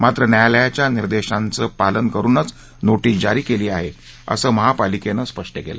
मात्र न्यायालयाच्या निर्देशांचं पालन करुनच नोटीस जारी केली आहे असं महापालिकेनं स्पष्ट केलं